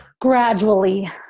gradually